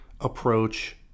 approach